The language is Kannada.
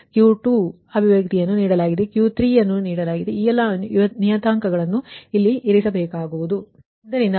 ಹಾಗೇ ಇಲ್ಲಿ Q2 ಅಭಿವ್ಯಕ್ತಿ ನೀಡಲಾಗಿದೆ Q3 ನೀಡಲಾಗಿದೆ ಆದ್ದರಿಂದ ಈ ಎಲ್ಲಾ ನಿಯತಾಂಕಗಳನ್ನು ಇಲ್ಲಿ ಇರಿಸಬೇಕಾಗುವುದು